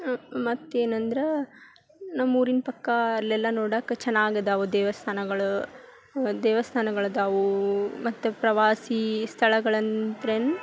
ಮತ್ತೇನಂದ್ರೆ ನಮ್ಮೂರಿನ ಪಕ್ಕ ಅಲ್ಲೆಲ್ಲ ನೋಡಕ್ಕೆ ಚೆನ್ನಾಗಿದವೆ ದೇವಸ್ಥಾನಗಳು ದೇವಸ್ಥಾನಗಳಿದಾವು ಮತ್ತು ಪ್ರವಾಸಿ ಸ್ಥಳಗಳಂದ್ರೆ